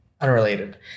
unrelated